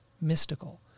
mystical